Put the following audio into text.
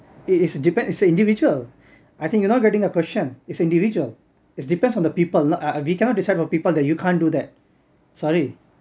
it is depends on the individual I think you're not getting the question it's individual it's depends on the people uh uh we cannot decide for people that you can't do that sorry